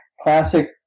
Classic